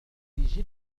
بجد